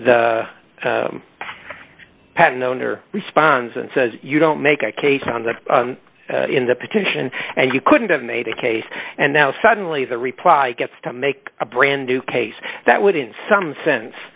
the patten owner responds and says you don't make a case on that in the petition and you couldn't have made a case and now suddenly the reply gets to make a brand new case that would in some sense